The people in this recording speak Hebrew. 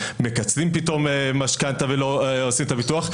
מקצרים פתאום משכנתה ולא עושים את הביטוח,